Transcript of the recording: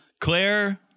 Claire